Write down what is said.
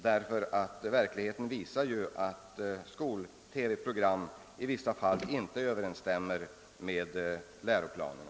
Den visar nämligen att vissa program i skol-TV inte överensstämmer med läroplanen.